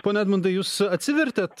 pone edmundai jūs atsivertėt